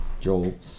Joel